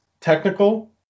technical